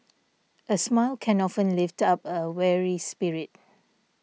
a smile can often lift up a weary spirit